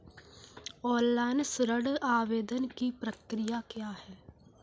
Online ऋण आवेदन की प्रक्रिया क्या है?